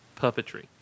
puppetry